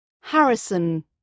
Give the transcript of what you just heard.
harrison